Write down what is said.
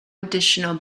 additional